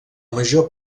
major